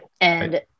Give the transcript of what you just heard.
And-